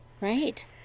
Right